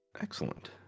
Excellent